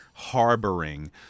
harboring